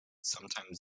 sometimes